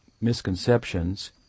misconceptions